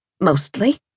mostly